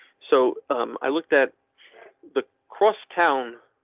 so i looked at the cross town.